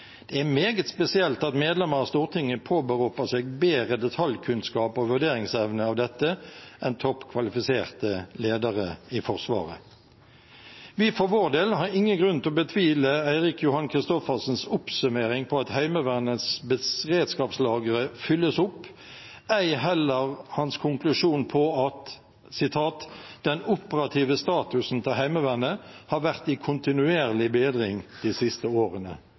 Det er meget spesielt at medlemmer av Stortinget påberoper seg bedre detaljkunnskap og vurderingsevne av dette enn topp kvalifiserte ledere i Forsvaret. Vi for vår del har ingen grunn til å betvile Eirik Johan Kristoffersens oppsummering av at Heimevernets beredskapslagre fylles opp, ei heller hans konklusjon på at: «Den operative statusen til Heimevernet har vært i kontinuerlig bedring de siste årene.»